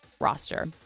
roster